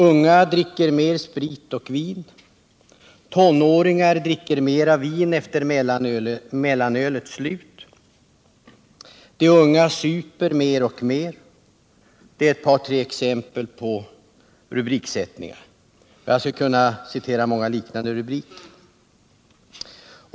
”Unga dricker mer sprit och vin”, ”Tonåringar dricker mera vin efter mellanölets slut”, ”De unga super mer och mer” — det är tre exempel på sådana rubriksättningar. Jag skulle kunna citera många liknande rubriker.